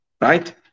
Right